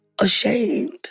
ashamed